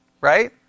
right